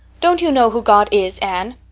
don't you know who god is, anne?